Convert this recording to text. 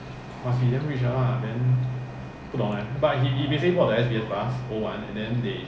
the first gen [one] lor